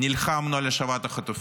נלחמנו על השבת החטופים.